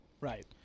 Right